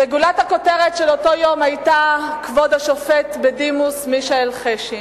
וגולת הכותרת של אותו יום היתה כבוד השופט בדימוס מישאל חשין.